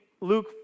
Luke